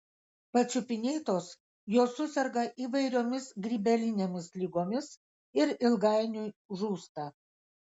pačiupinėtos jos suserga įvairiomis grybelinėmis ligomis ir ilgainiui žūsta